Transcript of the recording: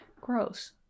Gross